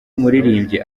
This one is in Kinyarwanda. umuririmbyi